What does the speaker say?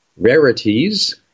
Rarities